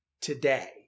today